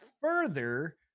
further